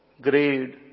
greed